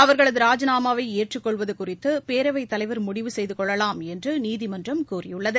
அவர்களது ராஜிநாமாவை ஏற்றுக் கொள்வது குறிதது பேரவைத் தலைவர் முடிவு செய்து கொள்ளலாம் என்று நீதிமன்றம் கூறியுள்ளது